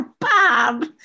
Bob